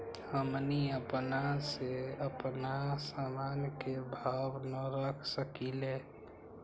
हमनी अपना से अपना सामन के भाव न रख सकींले?